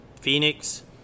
Phoenix